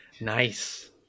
Nice